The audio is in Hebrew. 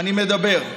אני מדבר.